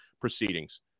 proceedings